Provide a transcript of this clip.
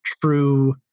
true